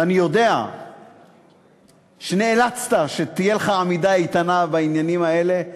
ואני יודע שנאלצת לעמוד עמידה איתנה בעניינים האלה.